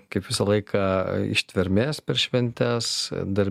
kaip visą laiką ištvermės per šventes dar